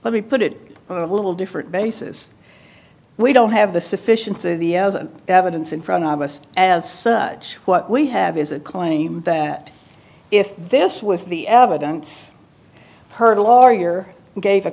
let me put it a little different basis we don't have the sufficiency of the evidence in front of us as such what we have is a claim that if this was the evidence heard a lawyer who gave a